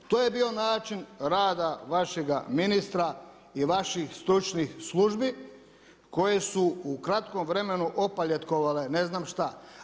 To je bio način rada vašega ministra i vaših stručnih službi koje su kratkom vremenu opaljetkovale ne znam šta.